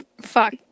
fuck